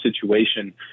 situation